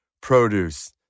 produce